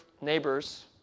neighbors